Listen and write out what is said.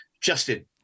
Justin